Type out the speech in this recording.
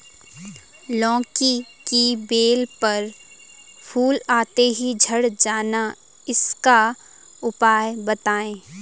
लौकी की बेल पर फूल आते ही झड़ जाना इसका उपाय बताएं?